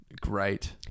great